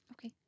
Okay